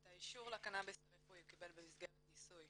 את האישור לקנאביס הרפואי הוא קיבל במסגרת ניסוי